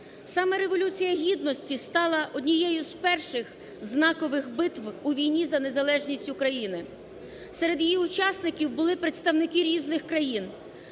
Саме Революція Гідності стала однією з перших знакових битв у війні за незалежність України. Серед її учасників були представники різних країн,